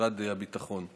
ומשרד הביטחון.